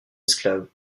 esclaves